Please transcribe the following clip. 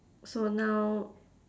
so now